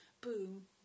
boom